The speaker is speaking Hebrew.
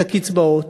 את הקצבאות,